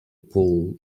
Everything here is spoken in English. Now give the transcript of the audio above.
pool